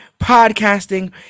podcasting